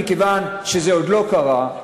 מכיוון שזה עוד לא קרה,